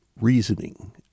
reasoning